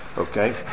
Okay